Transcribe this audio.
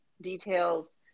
details